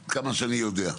עד כמה שאני יודע.